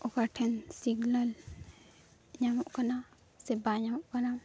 ᱚᱠᱟᱴᱷᱮᱱ signal ᱧᱟᱢᱚᱜ ᱠᱟᱱᱟ ᱥᱮ ᱵᱟᱭ ᱧᱟᱢᱚᱜ ᱠᱟᱱᱟ